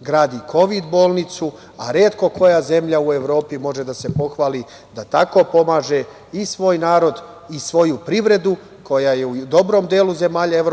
gradi kovid bolnicu, a retko koja zemlja u Evropi može da se pohvali da tako pomaže i svoj narod i svoju privredu, koja je u dobrom delu zemalja EU